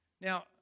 Now